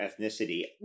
ethnicity